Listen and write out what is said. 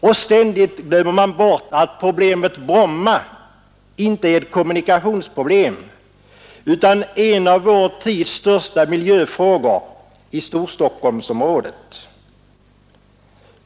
Och ständigt glömmer man bort att problemet Bromma inte är ett kommunikationsproblem utan en av vår tids största miljöfrågor i Storstockholmsområdet.